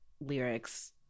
lyrics